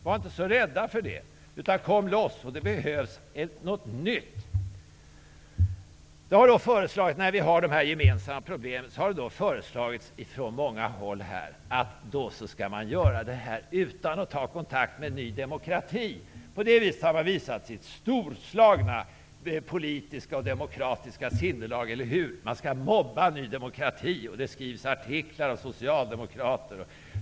Var inte så rädda för det! Kom loss! Det behövs något nytt. När vi nu har de här gemensamma problemen har det från många håll föreslagits att man skall lösa dem utan att ta kontakt med Ny demokrati. På det viset har man visat sitt storslagna politiska och demokratiska sinnelag, eller hur? Man skall mobba Ny demokrati. Det skrivs artiklar av socialdemokrater.